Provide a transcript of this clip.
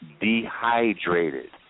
dehydrated